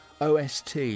OST